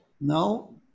no